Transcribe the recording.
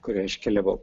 kuria aš keliavau